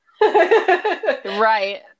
right